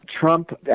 Trump